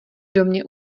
domě